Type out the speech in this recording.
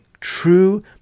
true